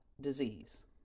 disease